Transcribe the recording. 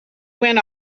went